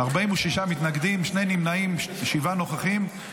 שני נמנעים, שבעה נוכחים.